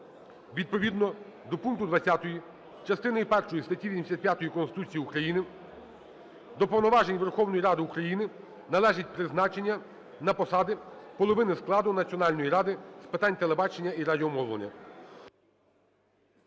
Відповідно до пункту 20 частини першої статті 85 Конституції України до повноважень Верховної Ради України належить призначення на посади половини складу Національної ради з питань телебачення і радіомовлення.